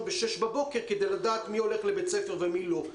בשעה 06:00 בבוקר כדי לדעת מי הולך לבית ספר ומי לא.